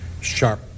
sharp